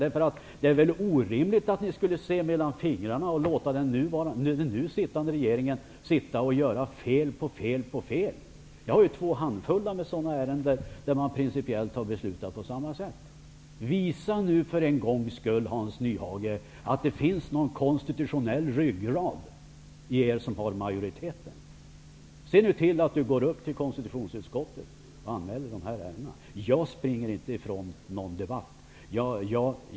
Det är orimligt att ni ser mellan fingrarna och låter den nu sittande regeringen göra fel på fel. Jag har två handfullar av ärenden där man principiellt har beslutat på samma sätt. Visa nu för en gångs skull, Hans Nyhage, att det finns en konstitutionell ryggrad hos majoriteten! Gå upp till konstitutionsutskottet och anmäl även dessa ärenden! Jag springer inte ifrån någon debatt.